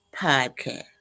podcast